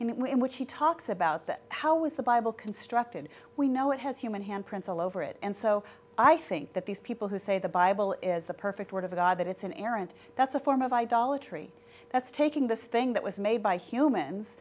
in which he talks about that how was the bible can structed we know it has human hand prints all over it and so i think that these people who say the bible is the perfect word of god that it's an errant that's a form of idolatry that's taking this thing that was made by humans